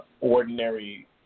ordinary